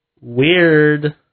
Weird